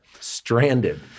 stranded